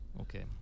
okay